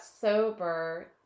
sober